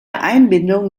einbindung